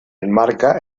enmarca